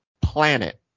planet